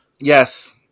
Yes